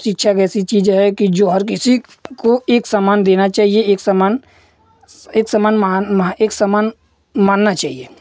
शिक्षा एक ऐसी चीज है कि जो किसी को एक सामान देना चाहिए एक समान एक समान महान महा एक समान मानना चाहिए